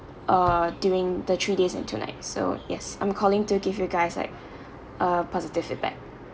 uh during the three days and two nights so yes I'm calling to give you guys like a positive feedback